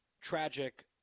tragic